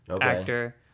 actor